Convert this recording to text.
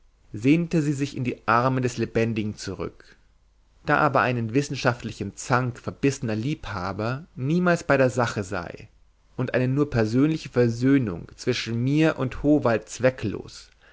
sehnte sie sich in die arme des lebendigen zurück da aber ein in wissenschaftlichen zank verbissener liebhaber niemals bei der sache sei und eine nur persönliche versöhnung zwischen mir und howald zwecklos